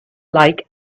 like